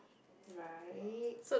right